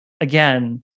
again